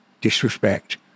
disrespect